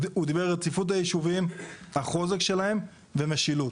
הוא דיבר על רציפות הישובים, החוזק שלהם ומשילות.